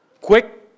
Quick